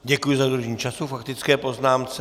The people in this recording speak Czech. Děkuji za dodržení času k faktické poznámce.